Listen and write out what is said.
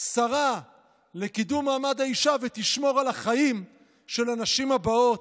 שרה לקידום מעמד האישה ותשמור על החיים של הנשים הבאות,